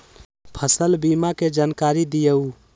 फसल बीमा के जानकारी दिअऊ?